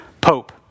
pope